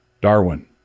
Darwin